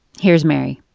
here's mary